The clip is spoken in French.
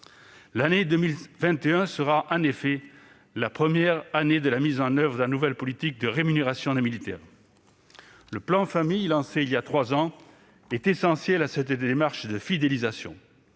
L'année 2021 sera en effet la première année de la mise en oeuvre de la nouvelle politique de rémunération des militaires. Le plan Famille, lancé voilà trois ans, est essentiel à cette démarche de fidélisation.